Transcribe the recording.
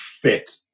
fit